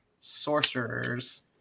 sorcerers